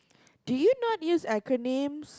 do you not use acronym